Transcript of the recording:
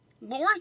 Lors